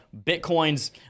Bitcoin's